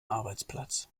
arbeitsplatz